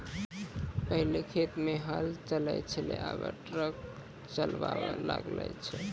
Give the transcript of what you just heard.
पहिलै खेत मे हल चलै छलै आबा ट्रैक्टर चालाबा लागलै छै